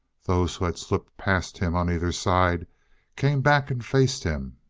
those who had slipped past him on either side came back and faced him.